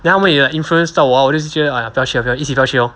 then 他们也 influence 到我 lah 我就觉得 !aiya! 不要去 lah 一起不要去